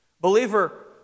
Believer